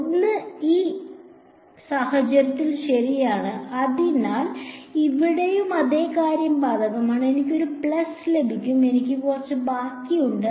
1 ഈ സാഹചര്യത്തിൽ ശരിയാണ് അതിനാൽ ഇവിടെയും അതേ കാര്യം ബാധകമാണ് എനിക്ക് ഒരു പ്ലസ് ലഭിക്കും എനിക്ക് കുറച്ച് ബാക്കിയുണ്ട്